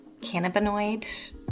cannabinoid